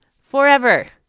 forever